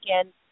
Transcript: again